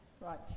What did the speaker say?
Right